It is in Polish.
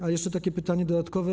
A jeszcze takie pytanie dodatkowe.